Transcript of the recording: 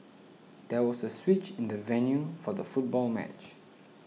there was a switch in the venue for the football match